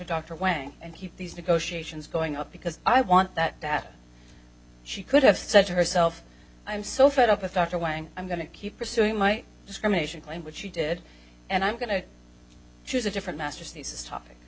dr wang and keep these negotiations going up because i want that that she could have said to herself i'm so fed up with dr wang i'm going to keep pursuing my discrimination claim which she did and i'm going to choose a different master's thesis topic